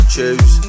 Choose